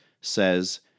says